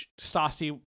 Stassi